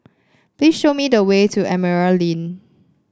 please show me the way to Emerald Link